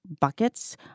buckets –